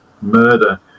murder